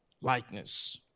likeness